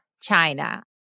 China